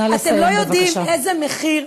אתם לא יודעים איזה מחיר,